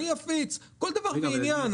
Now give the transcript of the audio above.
אני אפיץ כל דבר ועניין.